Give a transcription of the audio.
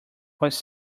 was